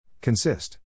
Consist